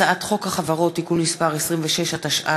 הצעת חוק החברות (תיקון מס' 26), התשע"ה